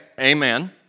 amen